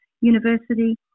University